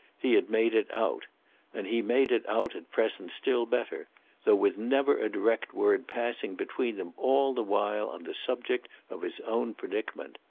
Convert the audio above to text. he had made it out and he made it out at present still better though with never a direct word passing between them all the while on the subject of his own predicament.